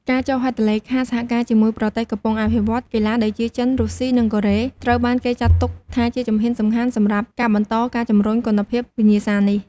ការចុះហត្ថលេខាសហការជាមួយប្រទេសកំពុងអភិវឌ្ឍកីឡាដូចជាចិន រុស្ស៊ី និងកូរ៉េ ត្រូវបានគេចាត់ទុកថាជាជំហានសំខាន់សម្រាប់ការបន្តការជំរុញគុណភាពវិញ្ញាសានេះ។